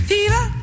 Fever